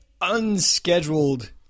unscheduled